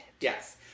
Yes